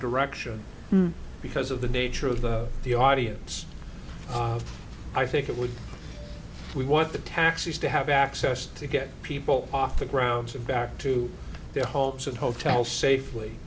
direction because of the nature of the audience i think it would we want the taxis to have access to get people off the grounds of back to their hopes of hotel safely